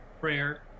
prayer